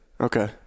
Okay